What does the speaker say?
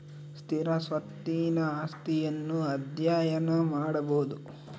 ಸ್ಥಿರ ಸ್ವತ್ತಿನ ಆಸ್ತಿಯನ್ನು ಅಧ್ಯಯನ ಮಾಡಬೊದು